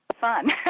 fun